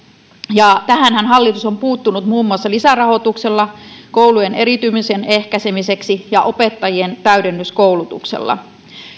ja tähänhän hallitus on puuttunut muun muassa lisärahoituksella koulujen eriytymisen ehkäisemiseksi ja opettajien täydennyskoulutuksella